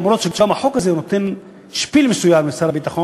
אף שגם החוק הזה נותן "שפיל" מסוים למשרד הביטחון